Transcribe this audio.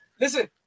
Listen